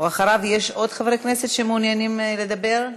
יש עוד חברי כנסת שמעוניינים לדבר אחריו,